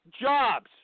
jobs